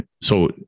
so-